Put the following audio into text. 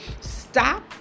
Stop